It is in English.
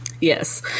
Yes